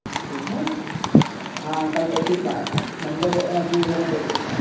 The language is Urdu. ٹھیک ہیں ہاں کل تشریف لائیں آپ منڈے کو ٹیوزڈے میں تشریف لائیں